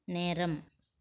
நேரம்